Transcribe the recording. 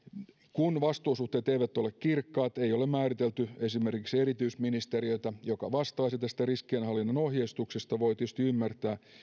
kun vastuusuhteet eivät ole kirkkaat ei ole määritelty esimerkiksi erityisministeriötä joka vastaisi tästä riskienhallinnan ohjeistuksesta voi tietysti ymmärtää